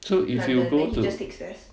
so if you go to